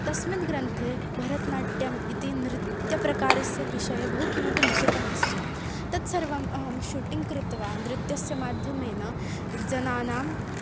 तस्मिन् ग्रन्थे भरतनाट्यम् इति नृत्यप्रकारस्य विषये बहु किमपि लिखितमस्ति तत्सर्वम् अहं शूटिङ्ग् कृत्वा नृत्यस्य माध्यमेन जनेभ्यः